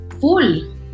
full